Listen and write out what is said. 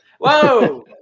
Whoa